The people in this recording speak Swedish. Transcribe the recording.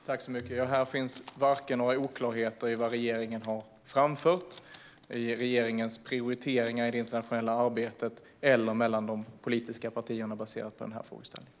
Herr talman! Här finns varken några oklarheter i vad regeringen har framfört, i regeringens prioriteringar i det internationella arbetet eller mellan de politiska partierna i frågan.